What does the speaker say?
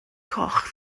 coch